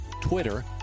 Twitter